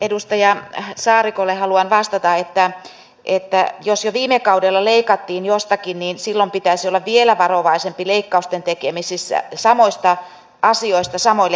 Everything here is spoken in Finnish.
edustaja saarikolle haluan vastata että jos jo viime kaudella leikattiin jostakin niin silloin pitäisi olla vielä varovaisempi leikkausten tekemisessä samoista asioista samoille henkilöille